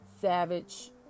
savage